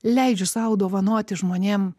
leidžiu sau dovanoti žmonėm